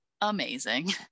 amazing